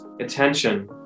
attention